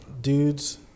dudes